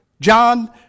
John